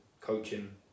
coaching